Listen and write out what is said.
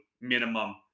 minimum